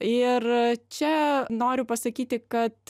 ir čia noriu pasakyti kad